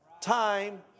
time